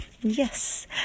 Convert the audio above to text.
Yes